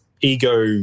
ego